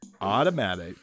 automatic